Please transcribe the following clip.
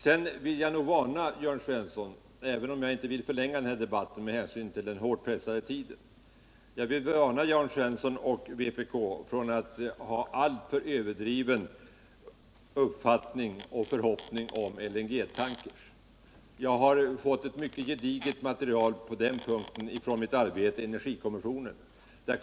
Sedan vill jag - även om jag inte vill förlänga den här debatten med hänsyn till den hårt pressade tiden — varna Jörn Svensson och vpk för att ha alltför överdrivna förhoppningar om LNG-tankern. Jag har i mitt arbete i energikommissionen fått ett mycket gediget material om den.